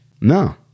No